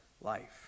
life